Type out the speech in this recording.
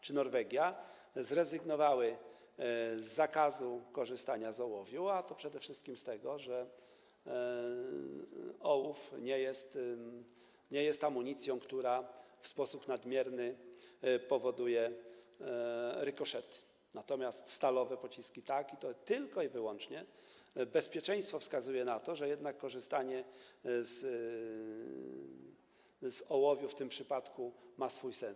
czy Norwegia zrezygnowały z zakazu korzystania z ołowiu, a to przede wszystkim z tego tytułu, że ołów nie jest amunicją, która w sposób nadmierny powoduje rykoszety, natomiast stalowe pociski tak, i to tylko i wyłącznie względy bezpieczeństwa wskazują na to, że jednak korzystanie z ołowiu w tym przypadku ma sens.